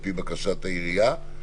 על פי בקשת העירייה,